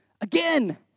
Again